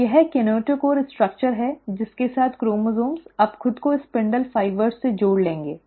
तो यह कीनेटोकोर संरचना है जिसके साथ क्रोमोसोम्स अब खुद को स्पिंडल फाइबर से जोड़ लेंगे